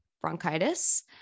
bronchitis